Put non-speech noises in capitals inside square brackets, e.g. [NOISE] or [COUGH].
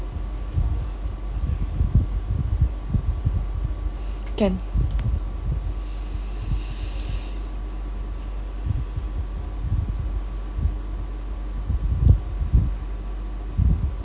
can [BREATH]